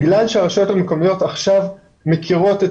בגלל שהרשויות המקומיות עכשיו מכירות את